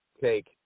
take